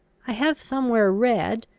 i have somewhere read,